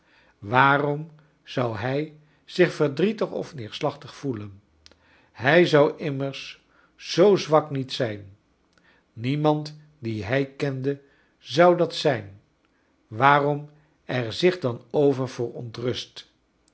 waarom zou hij zich verdrietig of neerslachtig voelen h ij zou immers zoo zwak niet zijn niemand dien hij kende zou dat zijn waarom er zich dan over